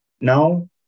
Now